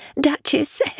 Duchess